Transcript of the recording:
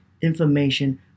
information